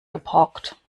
geparkt